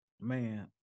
man